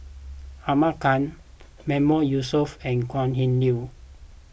Ahmad Khan Mahmood Yusof and Kok Heng Leun